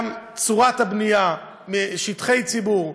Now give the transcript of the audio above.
גם צורת הבנייה, שטחי ציבור.